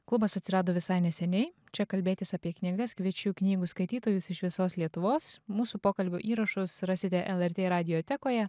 klubas atsirado visai neseniai čia kalbėtis apie knygas kviečiu knygų skaitytojus iš visos lietuvos mūsų pokalbių įrašus rasite lrt radiotekoje